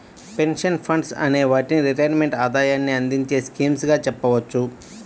pension funds అనే వాటిని retirement ఆదాయాన్ని అందించే స్కీమ్స్ గా చెప్పవచ్చు